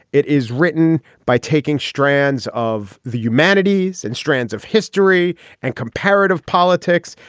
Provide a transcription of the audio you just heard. it is written by taking strands of the humanities and strands of history and comparative politics.